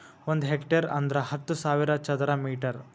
ಒಂದ್ ಹೆಕ್ಟೇರ್ ಅಂದರ ಹತ್ತು ಸಾವಿರ ಚದರ ಮೀಟರ್